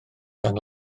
dan